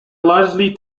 largely